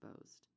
exposed